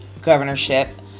governorship